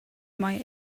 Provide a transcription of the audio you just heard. mai